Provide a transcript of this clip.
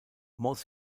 most